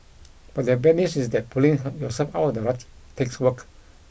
but the bad news is that pulling her yourself out of the rut takes work